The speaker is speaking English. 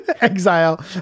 exile